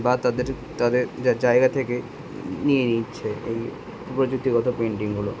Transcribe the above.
বা তাদের তাদের জায়গা থেকে নিয়ে নিচ্ছে এই প্রযুক্তিগত পেন্টিংগুলো